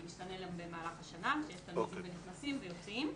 זה משתנה במהלך השנה ויש ילדים שנכנסים ויוצאים.